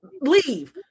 Leave